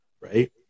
right